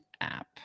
app